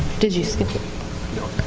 did you skip no.